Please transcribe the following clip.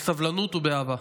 בסבלנות ובאהבה,